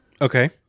Okay